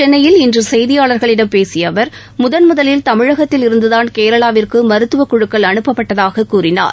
சென்னையில் இன்று செய்தியாளர்களிடம் பேசிய அவர் முதன்முதலில் தமிழகத்தில் இருந்து தான் கேரளாவிற்கு மருத்துவக் குழுக்கள் அனுப்பப்பட்டதாக கூறினார்